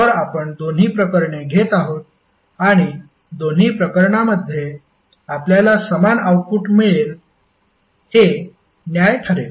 तर आपण दोन्ही प्रकरणे घेत आहोत आणि दोन्ही प्रकरणामध्ये आपल्याला समान आउटपुट मिळेल हे न्याय्य ठरेल